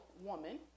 woman